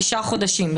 תשעה חודשים,